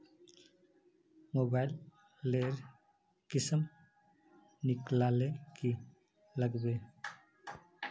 Mobile लेर किसम निकलाले की लागबे?